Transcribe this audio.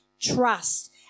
trust